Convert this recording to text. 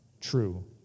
True